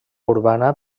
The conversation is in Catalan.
urbana